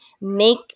make